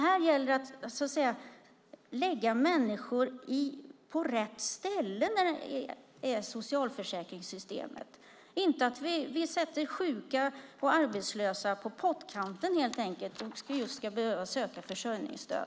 Här gäller det att lägga människor på rätt ställe i socialförsäkringssystemet, inte att sätta sjuka och arbetslösa på pottkanten så att de ska behöva söka försörjningsstöd.